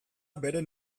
beren